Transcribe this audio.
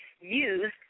use